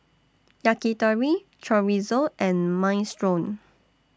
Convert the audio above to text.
Yakitori Chorizo and Minestrone